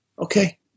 Okay